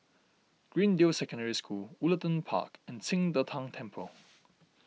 Greendale Secondary School Woollerton Park and Qing De Tang Temple